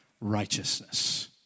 righteousness